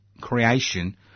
creation